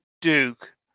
Duke